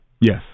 Yes